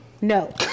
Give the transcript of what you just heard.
No